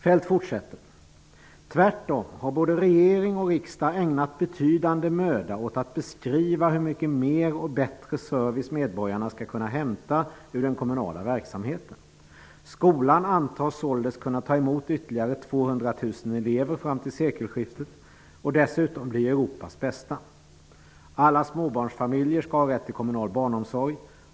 Feldt fortsätter: ''-- tvärtom har både regering och riksdag ägnat betydande möda åt att beskriva hur mycket mer och bättre service medborgarna skall kunna hämta ur den kommunala verksamheten. Skolan antas således kunna ta emot ytterligare 200 000 elever fram till sekelskiftet och dessutom bli Europas bästa, alla småbarnsfamiljer skall ha rätt till kommunal barnomsorg.